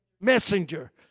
Messenger